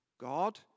God